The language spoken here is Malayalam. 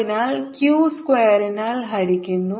അതിനാൽ q സ്ക്വയറിനാൽ ഹരിക്കുന്നു